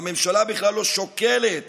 והממשלה בכלל לא שוקלת